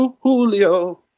Julio